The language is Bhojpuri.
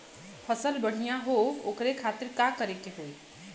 फसल बढ़ियां हो ओकरे खातिर का करे के होई?